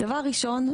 דבר ראשון,